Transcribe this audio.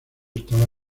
estaba